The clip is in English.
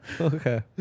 okay